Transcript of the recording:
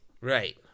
Right